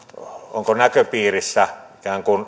onko näköpiirissä